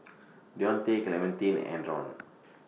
Dionte Clementine and Adron